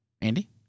Andy